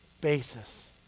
basis